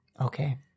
Okay